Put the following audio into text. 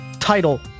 title